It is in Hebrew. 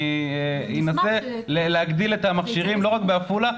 אנסה להגדיל את המכשירים לא רק בעפולה,